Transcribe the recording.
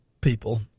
people